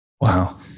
Wow